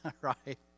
right